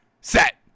Set